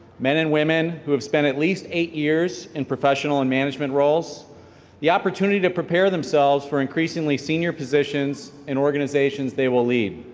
men and women who have spent at least eight years in professional and management roles the opportunity to prepare themselves for increasingly senior positions in organizations they will lead.